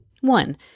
One